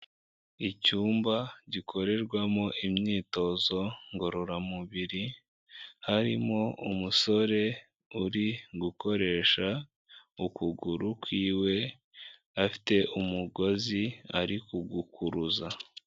Icyumba gikorerwamo imyitozo ngororamubiri, harimo umusore uri gukoresha ukuguru kwiwe afite umugozi ari kugukuruza.